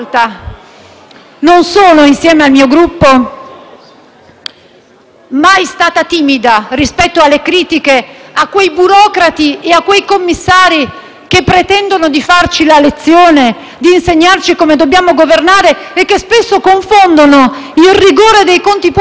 mai stata timida rispetto alle critiche verso quei burocrati e quei commissari che pretendono di farci la lezione e di insegnarci come dobbiamo governare e che spesso confondono il rigore dei conti pubblici con il *rigor mortis* dell'economia. Quelli non siamo noi.